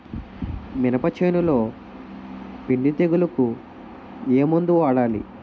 మినప చేనులో పిండి తెగులుకు ఏమందు వాడాలి?